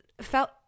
felt